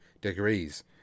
degrees